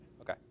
Okay